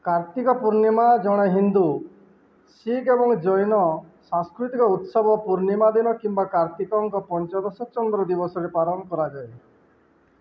କାର୍ତ୍ତିକ ପୂର୍ଣ୍ଣିମା ଜଣେ ହିନ୍ଦୁ ଶିଖ ଏବଂ ଜୈନ ସାଂସ୍କୃତିକ ଉତ୍ସବ ପୂର୍ଣ୍ଣିମା ଦିନ କିମ୍ବା କାର୍ତ୍ତିକଙ୍କ ପଞ୍ଚଦଶ ଚନ୍ଦ୍ର ଦିବସରେ ପାଳନ କରାଯାଏ